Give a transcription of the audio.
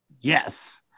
yes